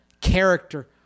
character